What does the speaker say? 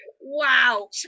Wow